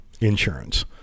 insurance